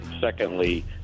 Secondly